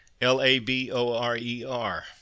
L-A-B-O-R-E-R